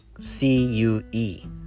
C-U-E